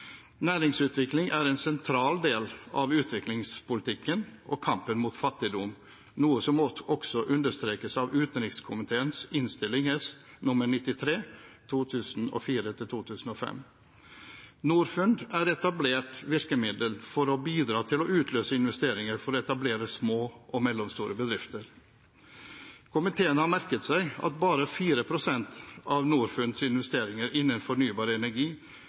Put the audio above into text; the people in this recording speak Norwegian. Næringsutvikling er en sentral del av utviklingspolitikken og kampen mot fattigdom, noe som også understrekes av utenrikskomiteen i Innst. S nr. 93 for 2004–2005. Norfund er et etablert virkemiddel for å bidra til å utløse investeringer for å etablere små og mellomstore bedrifter. Komiteen har merket seg at bare 4 pst. av Norfunds investeringer innen fornybar energi